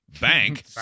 bank